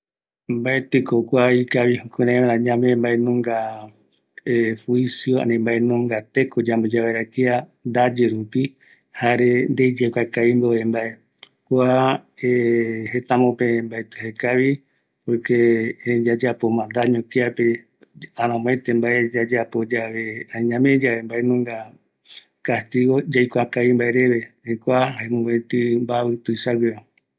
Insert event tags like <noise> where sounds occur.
﻿Mbaetɨko kua ikavi jukurai vaera ñame mbaenunga <hesitation> jucio ani mbaenunga teko, yamboya vaera kia ndaye rupi, jare ndei yaikua kavi mbove mbae kua <hesitation> jeta amope mbaeti jaekavi, porque yayapoma daño kiape aramoete mbae yayapo yave, ani ñame yave mbaenunga kastigo yaikua kavi mbae reve, kua jae mopeti mbavi tuisague